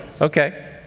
Okay